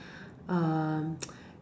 uh